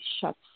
shuts